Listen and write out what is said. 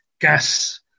gas